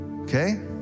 Okay